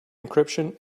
encryption